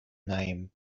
name